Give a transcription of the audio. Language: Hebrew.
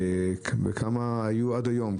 וכמה היו עד היום?